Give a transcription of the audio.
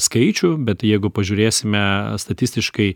skaičių bet jeigu pažiūrėsime statistiškai